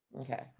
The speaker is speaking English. Okay